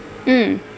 mm